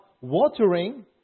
watering